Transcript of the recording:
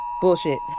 Bullshit